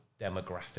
demographic